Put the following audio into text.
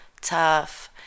Tough